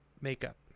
makeup